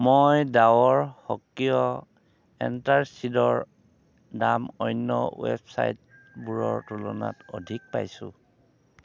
মই ডাৱৰ সক্ৰিয় এন্টাচিডৰ দাম অন্য ৱেবচাইটবোৰৰ তুলনাত অধিক পাইছোঁ